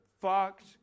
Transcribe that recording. Fox